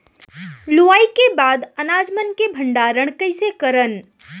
लुवाई के बाद अनाज मन के भंडारण कईसे करन?